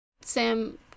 Sam